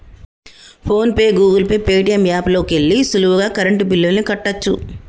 phone pay, Google Pay, Paytm app లోకెల్లి సులువుగా current బిల్లుల్ని కట్టచ్చు